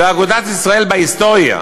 ואגודת ישראל בהיסטוריה,